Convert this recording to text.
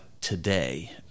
today